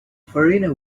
farina